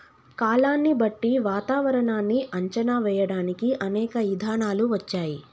కాలాన్ని బట్టి వాతావరనాన్ని అంచనా వేయడానికి అనేక ఇధానాలు వచ్చాయి